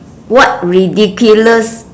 what ridiculous